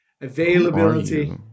availability